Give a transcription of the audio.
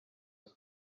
guma